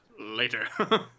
later